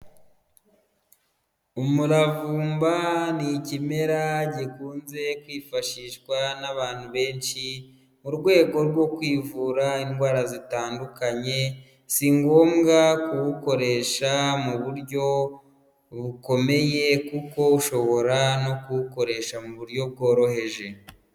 Umuravumba ni ikimera gikunze kwifashishwa n'abantu benshi mu rwego rwo kwivura indwara zitandukanye singombwa kuwukoresha mu buryo bukomeye kuko ushobora no kuwukoresha mu buryo bworoheje.